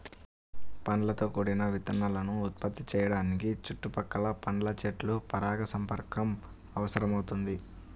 పండ్లతో కూడిన విత్తనాలను ఉత్పత్తి చేయడానికి చుట్టుపక్కల పండ్ల చెట్ల పరాగసంపర్కం అవసరమవుతుంది